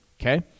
okay